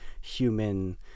human